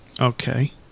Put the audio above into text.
Okay